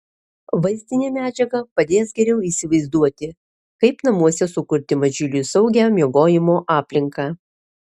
vaizdinė medžiaga padės geriau įsivaizduoti kaip namuose sukurti mažyliui saugią miegojimo aplinką